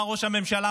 מה ראש הממשלה,